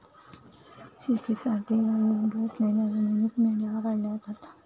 शेतीसाठी अयोग्य असलेल्या जमिनीत मेंढ्या पाळल्या जातात